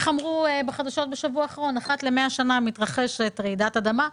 בשבוע האחרון נאמר בחדשות שאחת ל-100 שנים מתרחשת רעידת אדמה,